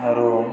ଆରୁ